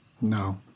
No